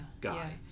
guy